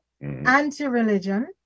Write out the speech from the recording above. Anti-religion